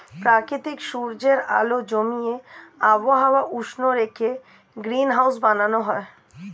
প্রাকৃতিক সূর্যের আলো জমিয়ে আবহাওয়া উষ্ণ রেখে গ্রিনহাউস বানানো হয়